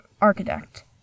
architect